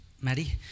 Maddie